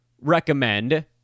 recommend